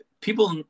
People